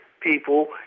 people